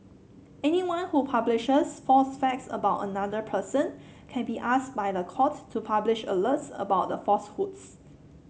anyone who publishes false facts about another person can be asked by the court to publish alerts about the falsehoods